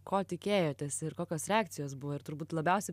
ko tikėjotės ir kokios reakcijos buvo ir turbūt labiausiai